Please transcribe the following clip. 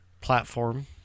platform